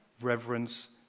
reverence